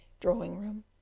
drawing-room